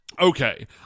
Okay